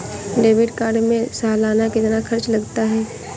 Debit card में सालाना कितना खर्च लगता है?